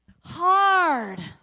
hard